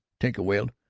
tinka wailed,